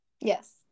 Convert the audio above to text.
Yes